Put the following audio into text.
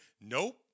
nope